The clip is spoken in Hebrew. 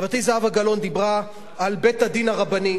חברתי זהבה גלאון דיברה על בית-הדין הרבני,